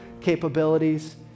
capabilities